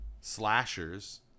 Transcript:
slashers